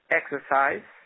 exercise